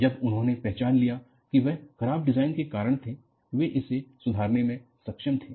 जब उन्होंने पहचान लिया कि वह खराब डिजाइन के कारण थे वे इसे सुधारने में सक्षम थे